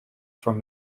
from